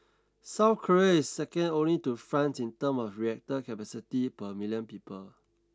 South Korea is second only to France in term of reactor capacity per million people